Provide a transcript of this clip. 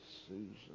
Susan